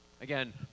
Again